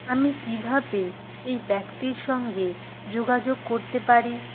আমি কিভাবে এই ব্যক্তির সঙ্গে যোগাযোগ করতে পারি